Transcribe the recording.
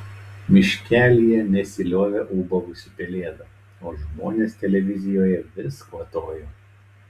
miškelyje nesiliovė ūbavusi pelėda o žmonės televizijoje vis kvatojo